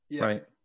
Right